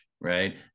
right